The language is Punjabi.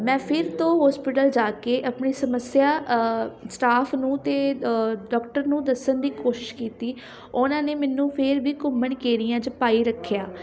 ਮੈਂ ਫਿਰ ਤੋਂ ਹੋਸਪਿਟਲ ਜਾ ਕੇ ਆਪਣੀ ਸਮੱਸਿਆ ਸਟਾਫ ਨੂੰ ਅਤੇ ਡੋਕਟਰ ਨੂੰ ਦੱਸਣ ਦੀ ਕੋਸ਼ਿਸ਼ ਕੀਤੀ ਉਹਨਾਂ ਨੇ ਮੈਨੂੰ ਫਿਰ ਵੀ ਘੁੰਮਣ ਘੇਰੀਆਂ 'ਚ ਪਾਈ ਰੱਖਿਆ